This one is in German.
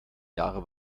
jahre